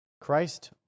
Christ